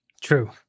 True